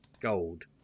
gold